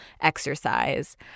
exercise